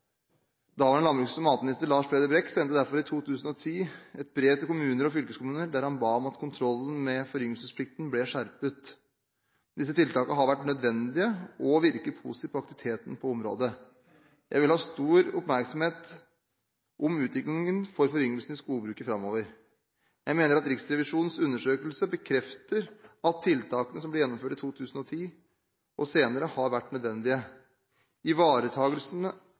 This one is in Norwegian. landbruks- og matminister Lars Peder Brekk sendte derfor i 2010 et brev til kommuner og fylkeskommuner der han ba om at kontrollen med foryngelsesplikten ble skjerpet. Disse tiltakene har vært nødvendige og virker positivt på aktiviteten på området. Jeg vil ha stor oppmerksomhet på utviklingen i foryngelsen i skogbruket framover. Jeg mener at Riksrevisjonens undersøkelser bekrefter at tiltakene som ble gjennomført i 2010 og senere, har vært nødvendige.